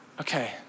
Okay